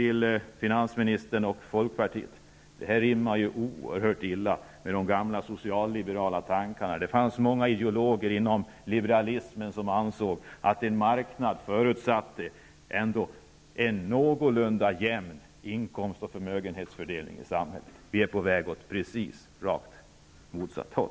till finansministern och folkpartiet i en debatt så rimmar detta oerhört illa med de gamla socialliberala tankarna. Det fanns många ideologer inom liberalismen som ansåg att en marknad ändå förutsatte en någorlunda jämn inkomst och förmögenhetsfördelning i samhället. Vi är på väg åt rakt motsatt håll.